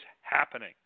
happening